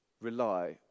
Rely